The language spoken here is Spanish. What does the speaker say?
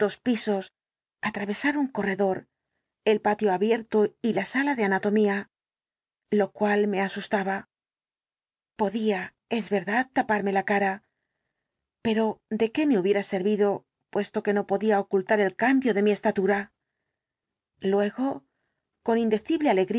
pisos atravesar un corredor el patio abierto y la sala de anatomía lo cual el dr jekyll me asustaba podía es verdad taparme la cara pero de qué me hubiera servido puesto que no podía ocultar el cambio de mi estatura luego con indecible